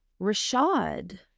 Rashad